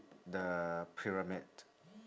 the pyramid